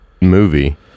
movie